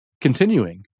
continuing